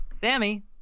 Sammy